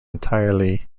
entirely